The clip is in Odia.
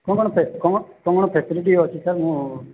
କ'ଣ କ'ଣ ଫେ କ'ଣ କ'ଣ ଫେସିଲିଟି ଅଛି ସାର୍ ମୁଁ